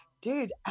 Dude